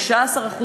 16%,